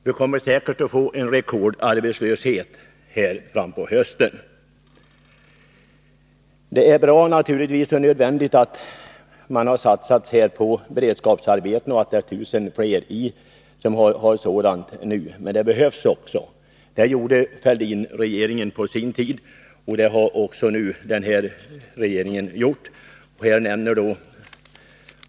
Vi kommer säkert att få en rekordarbetslöshet på hösten. Det är naturligtvis bra att man har satsat på beredskapsarbeten och att det nu är 1 000 fler som har sådana — men det behövs också. Det gjorde Fälldinregeringen på sin tid, och det har också denna regering nu gjort.